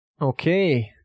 Okay